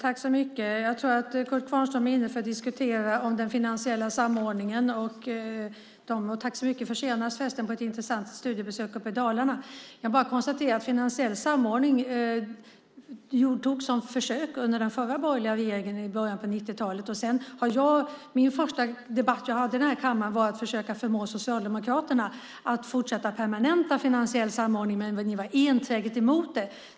Fru talman! Jag tror att Kurt Kvarnström är inne på att diskutera den finansiella samordningen. Tack så mycket för senast, förresten, för ett intressant studiebesök i Dalarna! Jag kan bara konstatera att finansiell samordning togs som försök under den förra borgerliga regeringen i början av 90-talet. I min första debatt här i kammaren försökte jag förmå Socialdemokraterna att permanenta finansiell samordning, men ni var enträget emot det.